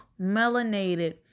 melanated